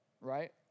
right